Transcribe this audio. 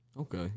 Okay